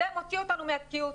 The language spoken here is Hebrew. זה מוציא אותנו מזה שהיינו תקועים.